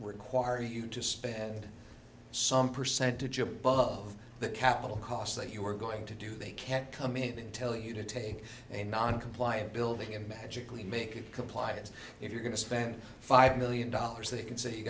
require you to spend some percentage above the capital cost that you are going to do they can't come in and tell you to take a non compliant building and magically make compliance if you're going to spend five million dollars they can say you